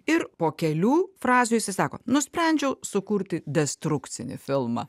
ir po kelių frazių jisai sako nusprendžiau sukurti destrukcinį filmą